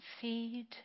feed